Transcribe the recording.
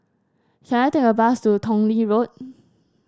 can I take a bus to Tong Lee Road